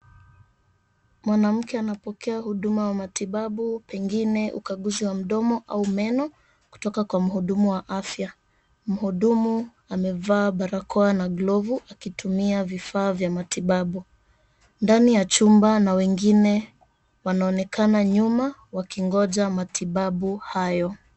Mwanamke anapokea huduma ya matibabu pengine ukaguzi wa mdomo au meno kutoka kwa mhudumu wa afya. Mhudumu amevaa barakoa na glovu akitumia vifaa vya matibabu ndani ya chumba na wengine wanaonekana nyuma wakingoja matibabu hayo.